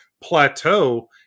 plateau